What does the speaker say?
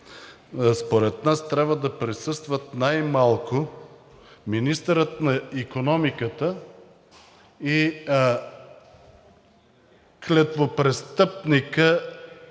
според нас трябва да присъстват най-малко министърът на икономиката и клетвопрестъпникът